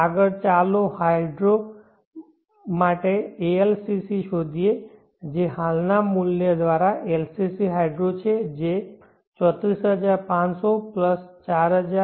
આગળ ચાલો હાઈડ્રો માટે ALCC શોધીએ જે હાલના મૂલ્ય દ્વારા LCC હાઇડ્રો છે જે 34500 4000d7